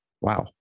Wow